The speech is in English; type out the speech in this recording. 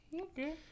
Okay